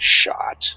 shot